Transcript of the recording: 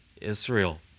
Israel